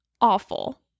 awful